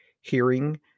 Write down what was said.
hearing